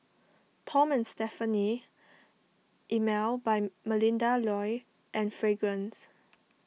Tom and Stephanie Emel by Melinda Looi and Fragrance